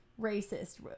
racist